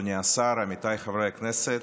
אדוני השר, עמיתיי חברי הכנסת,